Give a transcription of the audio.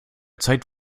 zeit